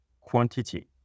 quantity